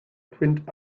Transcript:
print